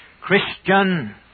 Christian